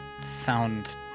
sound